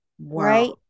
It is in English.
Right